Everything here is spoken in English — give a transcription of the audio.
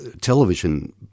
television